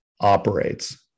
operates